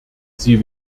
sie